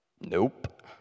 Nope